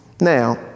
Now